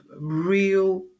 real